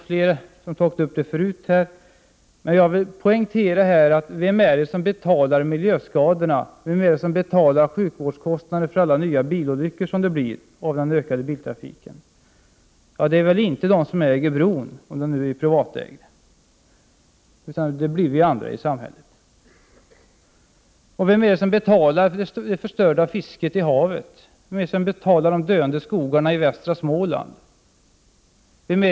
Flera talare har sagt det, men jag vill fråga: Vem betalar miljöskadorna? Vem betalar sjukvårdskostnaderna för de drabbade vid alla nya bilolyckor i den ökade biltrafiken? Det gör väl inte de som äger bron, om den blir privatägd? Det är vi andra i samhället som får betala. Vem betalar det förstörda fisket i havet, och vem betalar de döende skogarna i västra Småland?